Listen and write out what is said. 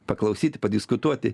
paklausyti padiskutuoti